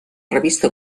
revista